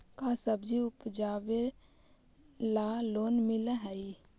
का सब्जी उपजाबेला लोन मिलै हई?